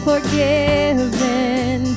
forgiven